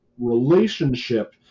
relationship